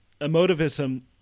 emotivism